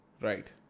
Right